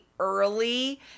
early